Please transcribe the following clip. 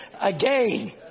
again